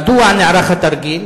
1. מדוע נערך התרגיל?